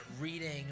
reading